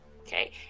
Okay